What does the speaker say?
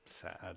sad